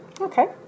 okay